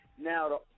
Now